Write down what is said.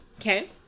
okay